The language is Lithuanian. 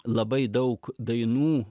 labai daug dainų